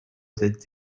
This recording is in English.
that